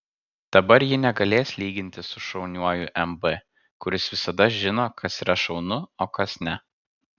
dabar ji negalės lygintis su šauniuoju mb kuris visada žino kas yra šaunu o kas ne